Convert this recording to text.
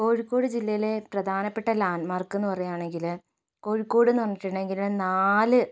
കോഴിക്കോട് ജില്ലയിലെ പ്രധാനപ്പെട്ട ലാൻഡ് മാർക്കെന്ന് പറയുകയാണെങ്കിൽ കോഴിക്കോട് പറഞ്ഞിട്ടുണ്ടെങ്കിൽ നാല്